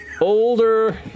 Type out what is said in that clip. older